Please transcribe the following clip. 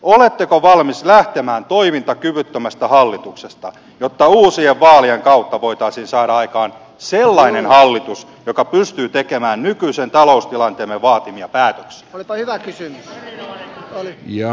oletteko valmis lähtemään toimintakyvyttömästä hallituksesta jotta uusien vaalien kautta voitaisiin saada aikaan sellainen hallitus joka pystyy tekemään nykyisen taloustilanteemme vaatimia päätöksiä